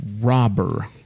robber